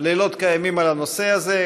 לילות כימים על הנושא הזה,